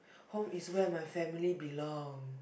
home is where my family belong